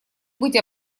быть